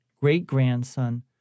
great-grandson